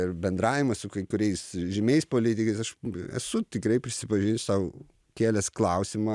ir bendravimas su kai kuriais žymiais politikais aš esu tikrai prisipažinsiu sau kėlęs klausimą